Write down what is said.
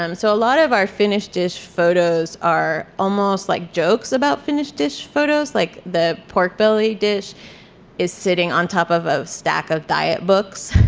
um so a lot of our finished dish photos are almost like jokes about finished dish photos. like the pork belly dish is sitting on top of a stack of diet books.